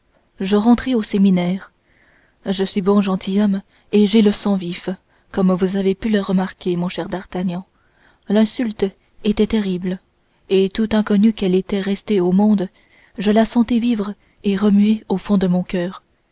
je rentrai au séminaire je suis bon gentilhomme et j'ai le sang vif comme vous avez pu le remarquer mon cher d'artagnan l'insulte était terrible et tout inconnue qu'elle était restée au monde je la sentais vivre et remuer au fond de mon coeur